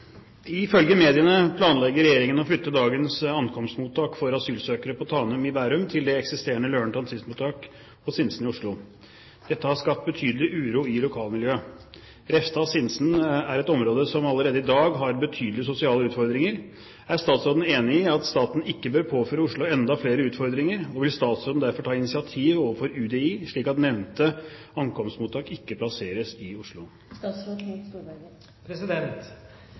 det eksisterende Løren transittmottak på Sinsen i Oslo. Dette har skapt betydelig uro i lokalmiljøet. Refstad/Sinsen er et område som allerede i dag har betydelige sosiale utfordringer. Er statsråden enig i at staten ikke bør påføre Oslo enda flere utfordringer, og vil statsråden derfor ta initiativ overfor UDI slik at nevnte ankomstmottak ikke plasseres i Oslo?»